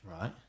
right